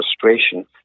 frustration